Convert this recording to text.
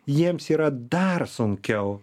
jiems yra dar sunkiau